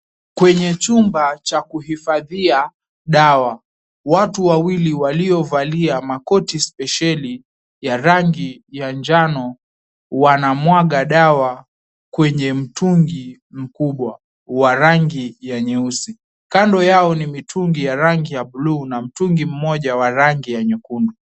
Kwenye chumba cha kuhifadhia dawa, watu wawili waliovalia makoti spesheli ya rangi ya njano wanamwaga dawa kwenye mtungi mkubwa wa rangi ya nyeusi. Kando yao ni mitungi ya rangi ya buluu na mtungi mmoja wa rangi ya nyekundu.